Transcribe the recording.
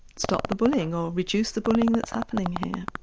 stop the bullying or reduce the bullying that's happening here?